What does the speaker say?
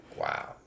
wow